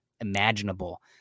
imaginable